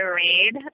read